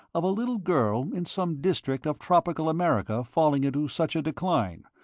of a little girl in some district of tropical america falling into such a decline,